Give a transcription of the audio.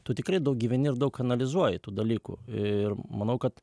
tu tikrai daug gyveni ir daug analizuoji tų dalykų ir manau kad